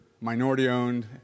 minority-owned